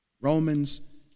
Romans